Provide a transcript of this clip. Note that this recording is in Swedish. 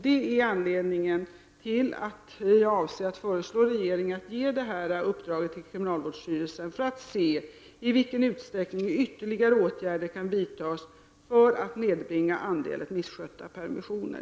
Det är anledningen till att jag avser att föreslå regeringen att ge detta uppdrag till kriminalvårdsstyrelsen för att vi skall få se i vilken utsträckning ytterligare åtgärder kan vidtas för att nedbringa andelen misskötta permissioner.